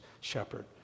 shepherd